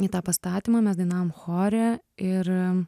į tą pastatymą mes dainavom chore ir